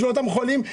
בשביל אותם חולים,